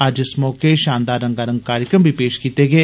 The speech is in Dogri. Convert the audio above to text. अज्ज इस मौके षानदार रंगारंग कार्यक्रम बी पेष कीते गे